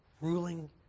ruling